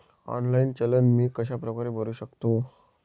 Online चलन मी कशाप्रकारे भरु शकतो?